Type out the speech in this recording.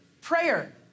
Prayer